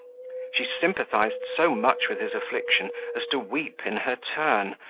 she sympathized so much with his affliction, as to weep in her turn,